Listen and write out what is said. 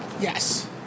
Yes